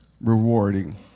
rewarding